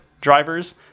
drivers